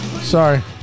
Sorry